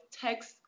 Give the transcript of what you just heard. text